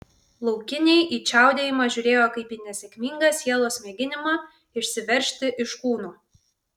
laukiniai į čiaudėjimą žiūrėjo kaip į nesėkmingą sielos mėginimą išsiveržti iš kūno